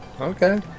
Okay